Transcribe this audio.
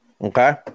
Okay